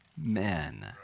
men